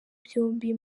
byombi